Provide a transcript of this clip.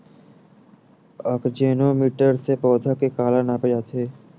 आकजेनो मीटर से पौधा के काला नापे जाथे?